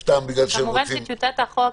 כמובן שטיוטת החוק,